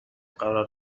قرار